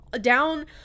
down